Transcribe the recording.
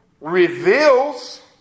reveals